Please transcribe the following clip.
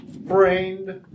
Brained